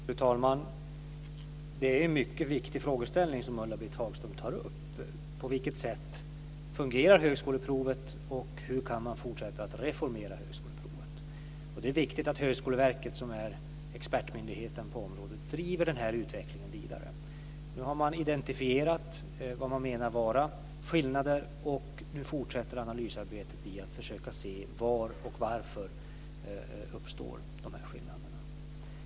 Fru talman! Det är en mycket viktig frågeställning som Ulla-Britt Hagström tar upp. På vilket sätt fungerar högskoleprovet, och hur kan man fortsätta att reformera högskoleprovet? Det är viktigt att Högskoleverket som är expertmyndigheten på området driver denna utveckling vidare. Nu har man identifierat vad man menar vara skillnader, och nu fortsätter analysarbetet med att försöka se var och varför dessa skillnader uppstår.